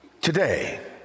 today